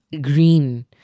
green